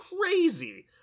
crazy